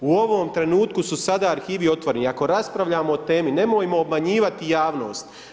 U ovom trenutku su sada arhivi otvoreni i ako raspravljamo o temi, nemojmo obmanjivati javnost.